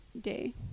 day